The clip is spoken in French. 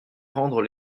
rendre